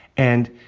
and,